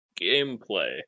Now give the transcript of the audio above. gameplay